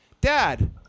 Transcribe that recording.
Dad